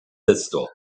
pistol